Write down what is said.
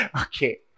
Okay